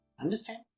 Understand